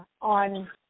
on –